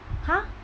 !huh!